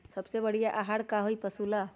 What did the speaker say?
सबसे बढ़िया आहार का होई पशु ला?